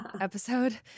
episode